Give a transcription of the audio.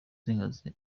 y’inkazi